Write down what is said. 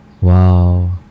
wow